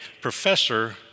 professor